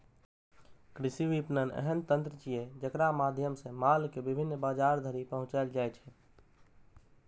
कृषि विपणन एहन तंत्र छियै, जेकरा माध्यम सं माल कें विभिन्न बाजार धरि पहुंचाएल जाइ छै